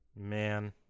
Man